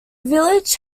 village